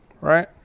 right